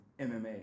MMA